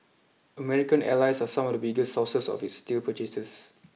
American allies are some of the biggest sources of its steel purchases